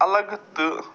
الگ تہٕ